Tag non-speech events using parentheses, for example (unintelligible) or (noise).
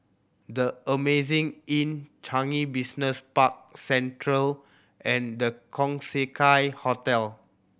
The Amazing Inn Changi Business Park Central and The Keong (unintelligible) Hotel